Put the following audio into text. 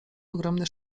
ogromny